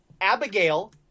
Abigail